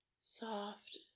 soft